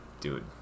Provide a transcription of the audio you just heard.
Dude